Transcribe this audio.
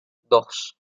dos